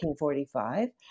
1945